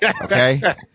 Okay